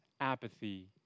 apathy